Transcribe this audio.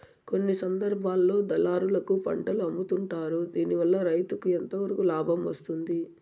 కొన్ని సందర్భాల్లో దళారులకు పంటలు అమ్ముతుంటారు దీనివల్ల రైతుకు ఎంతవరకు లాభం వస్తుంది?